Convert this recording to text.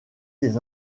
des